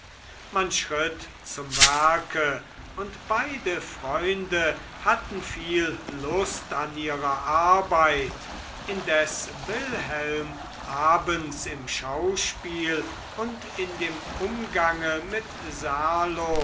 man schritt zum werke und beide freunde hatten viel lust an ihrer arbeit indes wilhelm abends im schauspiel und in dem umgange mit serlo